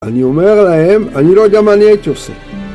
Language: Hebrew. אני אומר להם, אני לא יודע מה אני הייתי עושה